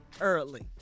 Early